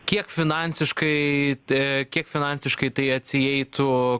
kiek finansiškai t kiek finansiškai tai atsieitų